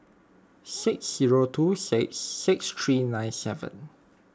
six zero two six six three nine seven